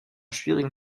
schwierigen